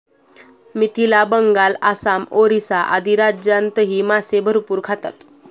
मिथिला, बंगाल, आसाम, ओरिसा आदी राज्यांतही मासे भरपूर खातात